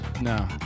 No